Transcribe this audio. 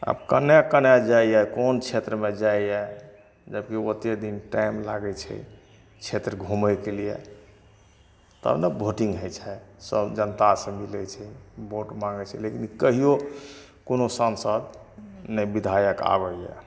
आब कने कने जाइये कोन क्षेत्रमे जाइये जबकि ओते दिन टाइम लागै छै क्षेत्र घुमैके लिये तब ने भोटिंग होइ छै सब जनतासे मिलै छै भोट माङ्गैके लिये ई कहियो कोनो सांसद नहि बिधायक आबै यऽ